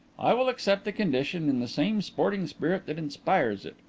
i will accept the condition in the same sporting spirit that inspires it.